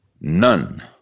None